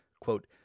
quote